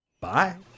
Bye